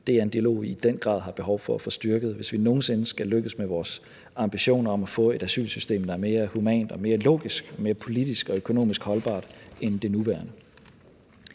det er en dialog, vi i den grad har behov for at få styrket, hvis vi nogen sinde skal lykkes med vores ambition om at få et asylsystem, der er mere humant, mere logisk og mere politisk og økonomisk holdbart end det nuværende.